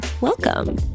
welcome